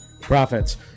profits